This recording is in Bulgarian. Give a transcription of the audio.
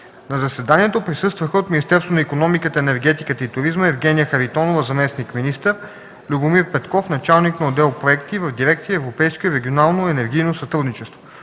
На заседанието присъстваха: от Министерството на икономиката, енергетиката и туризма – Евгения Харитонова, заместник-министър, Любомир Петков, началник на отдел „Проекти” в дирекция „Европейско и регионално енергийно сътрудничество”;